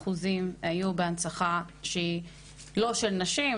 היו בהנצחה שהיא לא של נשים,